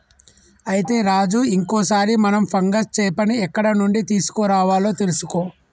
అయితే రాజు ఇంకో సారి మనం ఫంగస్ చేపని ఎక్కడ నుండి తీసుకురావాలో తెలుసుకో